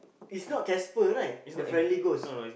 is not Casper right the friendly ghost